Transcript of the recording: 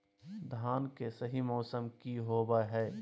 धान के सही मौसम की होवय हैय?